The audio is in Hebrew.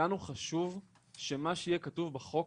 לנו חשוב שמה שיהיה כתוב בחוק,